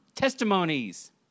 testimonies